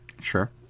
Sure